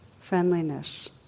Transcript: friendliness